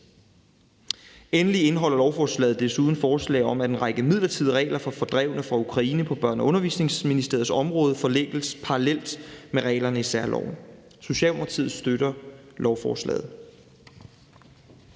Endelig indeholder lovforslaget desuden forslag om, at en række midlertidige regler for fordrevne fra Ukraine på Børne- og Undervisningsministeriets område forlænges parallelt med reglerne i særloven. Socialdemokratiet støtter lovforslaget.